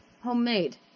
Homemade